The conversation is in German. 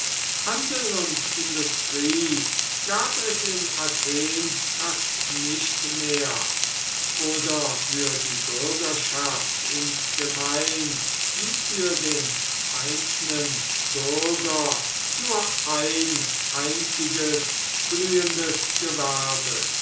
handel und industrie gab es in athen fast nicht mehr oder für die bürgerschaft insgemein wie für den einzelnen bürger nur ein einziges blühendes gewerbe